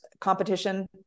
competition